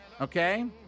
okay